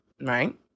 right